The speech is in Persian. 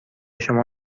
شما